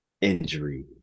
injury